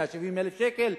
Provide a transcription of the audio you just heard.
170,000 שקל,